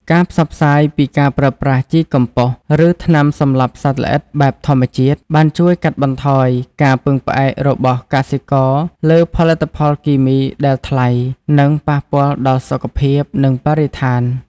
ការផ្សព្វផ្សាយពីការប្រើប្រាស់ជីកំប៉ុស្ត ឬថ្នាំសម្លាប់សត្វល្អិតបែបធម្មជាតិ បានជួយកាត់បន្ថយការពឹងផ្អែករបស់កសិករលើផលិតផលគីមីដែលថ្លៃ និងប៉ះពាល់ដល់សុខភាព និងបរិស្ថាន។